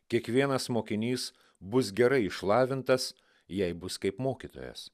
kiekvienas mokinys bus gerai išlavintas jei bus kaip mokytojas